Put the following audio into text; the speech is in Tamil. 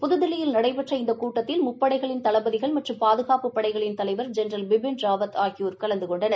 புதுதில்லியில் நடைபெற்ற இந்த கூட்டத்தில் முப்படைகளின் தளபதிகள் மற்றும் பாதுகாப்பு படைகளின் தலைவர் ஜெனரல் பிபின் ராவத் ஆகியோர் கலந்து கொண்டனர்